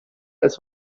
als